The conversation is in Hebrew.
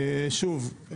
שוב,